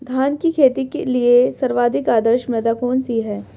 धान की खेती के लिए सर्वाधिक आदर्श मृदा कौन सी है?